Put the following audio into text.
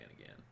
again